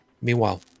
Meanwhile